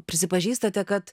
prisipažįstate kad